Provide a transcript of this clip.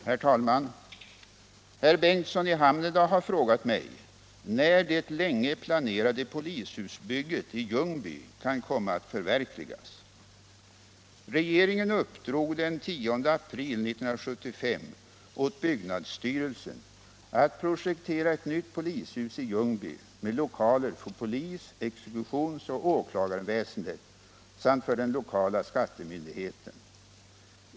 Herr talman! Herr Bengtsson i Hamneda har frågat mig när det länge planerade polishusbygget i Ljungby kan komma att förverkligas. Regeringen uppdrog den 10 april 1975 åt byggnadsstyrelsen att projektera ett nytt polishus i Ljungby med lokaler för polis-, exekutionsoch åklagarväsendet samt för den lokala skattemyndigheten.